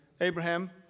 Abraham